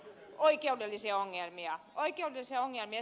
oikeudellisia ongelmia